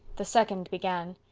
the second began.